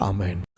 Amen